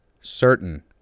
certain